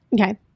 Okay